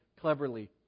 cleverly